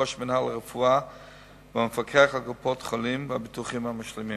ראש מינהל הרפואה והמפקח על קופות-חולים והביטוחים המשלימים.